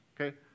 Okay